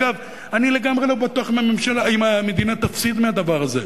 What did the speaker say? אגב, אני לגמרי לא בטוח שהמדינה תפסיד מהדבר הזה.